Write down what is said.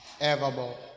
evermore